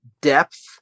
depth